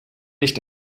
nicht